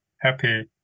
happy